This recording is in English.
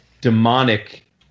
demonic